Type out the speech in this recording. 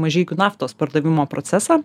mažeikių naftos pardavimo procesą